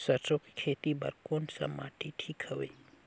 सरसो के खेती बार कोन सा माटी ठीक हवे?